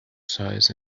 size